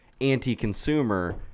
anti-consumer